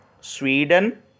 Sweden